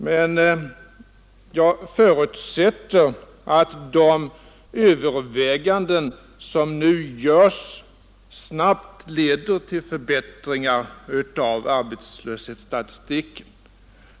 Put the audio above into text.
Men jag förutsätter att de överväganden som nu görs snabbt leder till förbättringar av arbetslöshetsstatistiken.